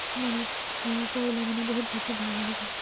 মনত পৰিলে মানে বহুত বেছি ভাল লাগি যায়